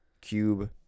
Cube